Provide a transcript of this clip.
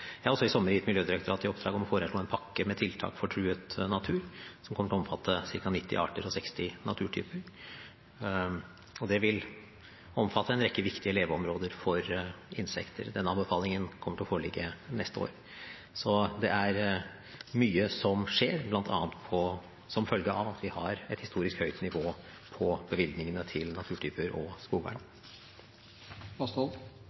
Jeg har i sommer gitt Miljødirektoratet i oppdrag å forelegge meg en pakke med tiltak for truet natur, som kommer til å omfatte ca. 90 arter og 60 naturtyper. Det vil omfatte en rekke viktige leveområder for insekter. Den anbefalingen kommer til å foreligge neste år. Så det er mye som skjer, bl.a. som følge av at vi har et historisk høyt nivå på bevilgningene til naturtyper og